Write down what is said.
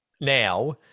now